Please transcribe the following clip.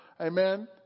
Amen